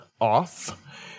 off